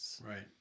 Right